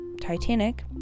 titanic